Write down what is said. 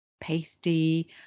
pasty